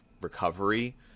recovery